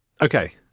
Okay